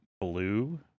blue